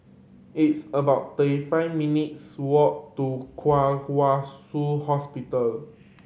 it is about thirty five minutes' walk to Kwong Wai Shiu Hospital